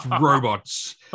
robots